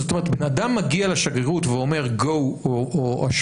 זאת אומרת בן אדם מגיע לשגרירות והוא אומר go או אשרות?